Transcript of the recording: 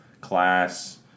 class